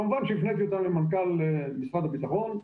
כמובן שהפניתי אותם למנכ"ל משרד הביטחון.